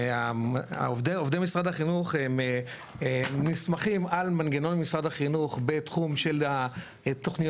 עובדי משרד החינוך נסמכים על מנגנון משרד החינוך בתחום של תוכניות